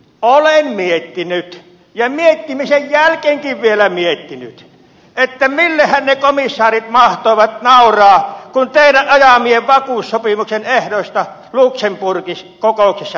olen miettinyt ja miettimisen jälkeenkin vielä miettinyt että millehän ne komissaarit mahtoivat nauraa kun teidän ajaman vakuussopimuksen ehdoista luxemburgin kokouksessa päätettiin